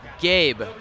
Gabe